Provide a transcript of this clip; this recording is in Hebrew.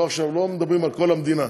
עכשיו לא מדברים על כל המדינה.